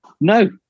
No